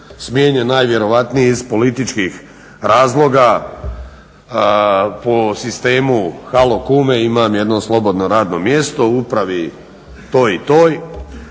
smijenjen najvjerojatnije iz političkih razloga po sistemu „halo kume, imam jedno slobodno radno mjesto u upravi toj i toj“.